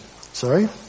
sorry